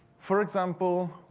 for example,